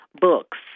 Books